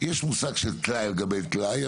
יש מושג של טלאי על גבי טלאי,